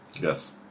Yes